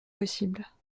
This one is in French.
possibles